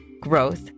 growth